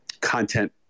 content